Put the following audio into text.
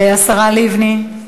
השרה לבני.